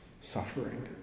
suffering